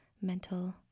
mental